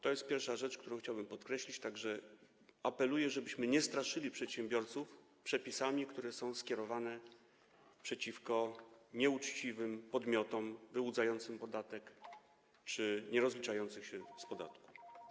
To jest pierwsza rzecz, którą chciałbym podkreślić, tak że apeluję, żebyśmy nie straszyli przedsiębiorców przepisami, które są skierowane przeciwko nieuczciwym podmiotom wyłudzającym podatek czy nierozliczającym się z podatku.